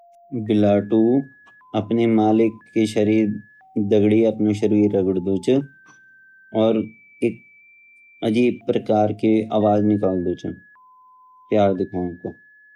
बिलाटू अपणे मालिक के शरीर दगडी अपना शरीर रगड़ दुच और एक अज़ीब प्रकार की आवाज़ निकाल दू च प्यार दिखांदू च